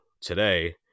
today